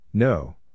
No